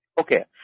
Okay